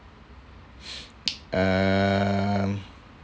um